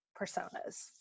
personas